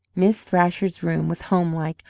miss thrasher's room was homelike,